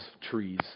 trees